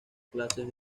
clases